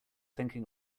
thinking